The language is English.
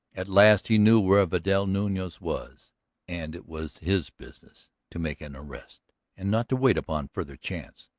at last he knew where vidal nunez was and it was his business to make an arrest and not to wait upon further chance.